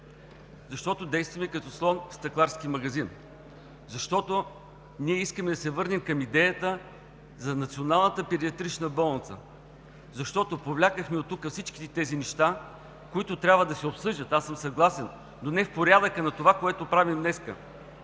Защото действаме като слон в стъкларски магазин; защото ние искаме да се върнем към идеята за националната педиатрична болница; защото повлякохме оттук всички неща, които трябва да се обсъждат – аз съм съгласен, но не в порядъка на това, което правим днес,